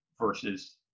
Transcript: versus